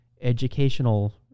educational